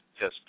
Yes